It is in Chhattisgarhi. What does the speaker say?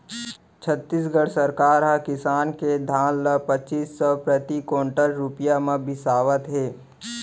छत्तीसगढ़ सरकार ह किसान के धान ल पचीस सव प्रति कोंटल रूपिया म बिसावत हे